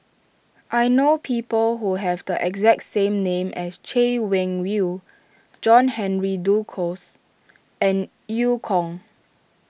I know people who have the exact same name as Chay Weng Yew John Henry Duclos and Eu Kong